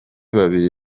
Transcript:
babiri